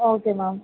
okay ma'am